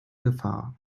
gefahr